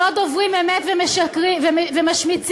לא דוברים אמת ומשקרים ומשמיצים,